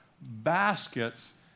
baskets